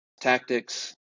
tactics